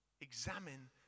examine